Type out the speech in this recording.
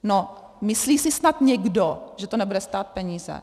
No myslí si snad někdo, že to nebude stát peníze?